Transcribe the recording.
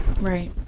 Right